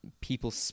people